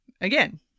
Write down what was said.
again